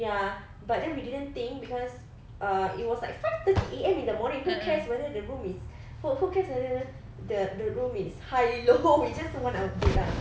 ya but then we didn't think cause uh it was like five thirty A_M in the morning who cares whether the room is who who cares the the room is high or low we just want our bed ah